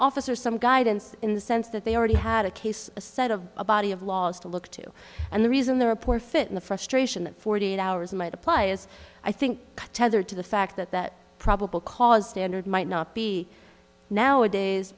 officers some guidance in the sense that they already had a case a set of a body of laws to look to and the reason the report fit in the frustration of forty eight hours might apply as i think tethered to the fact that that probable cause standard might not be nowadays